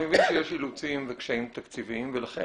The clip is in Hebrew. אני מבין שיש אילוצים וקשיים תקציביים ולכן,